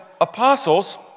apostles